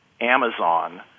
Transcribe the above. Amazon